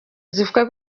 zivuga